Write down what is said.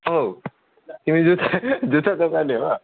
हो तिमी जुत्ता जुत्ता दोकाने हो